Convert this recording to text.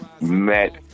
met